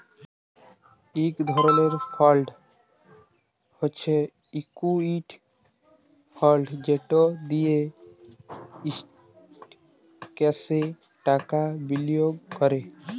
ইক ধরলের ফাল্ড হছে ইকুইটি ফাল্ড যেট দিঁয়ে ইস্টকসে টাকা বিলিয়গ ক্যরে